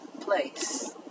place